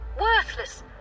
worthless